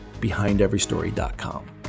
BehindEveryStory.com